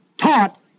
taught